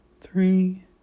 three